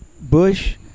Bush